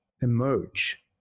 emerge